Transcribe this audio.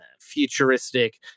futuristic